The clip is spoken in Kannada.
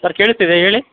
ಸರ್ ಕೇಳಿಸ್ತಿದೆ ಹೇಳಿ